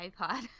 iPod